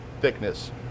thickness